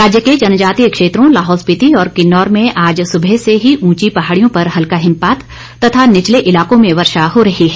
राज्य के जनजातीय क्षेत्रों लाहौल स्पिति और किन्नौर में आज सुबह से ही ऊंची पहाड़ियों पर हल्का हिमपात तथा निचले इलाकों में वर्षा हो रही है